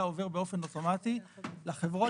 חברות